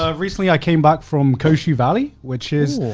ah recently i came back from koshi valley, which is,